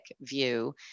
view